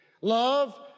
Love